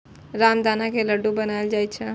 रामदाना के लड्डू बनाएल जाइ छै